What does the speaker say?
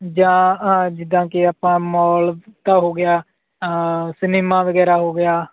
ਜਾਂ ਜਿੱਦਾਂ ਕਿ ਆਪਾਂ ਮੌਲ ਤਾਂ ਹੋ ਗਿਆ ਸਿਨੇਮਾ ਵਗੈਰਾ ਹੋ ਗਿਆ